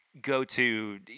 go-to